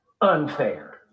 unfair